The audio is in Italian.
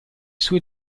sue